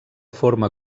forma